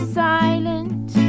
silent